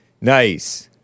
Nice